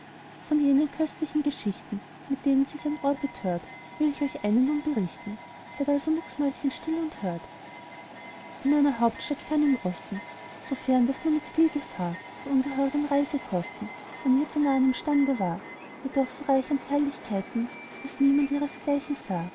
von jenen köstlichen geschichten mit denen sie sein ohr betört will ich euch eine nun berichten seid also mäuschenstill und hört in einer hauptstadt fern im osten so fern daß nur mit viel gefahr und ungeheuren reisekosten man ihr zu nahn imstande war jedoch so reich an herrlichkeiten daß niemand ihresgleichen sah